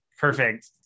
Perfect